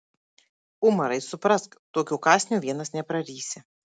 umarai suprask tokio kąsnio vienas neprarysi